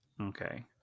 Okay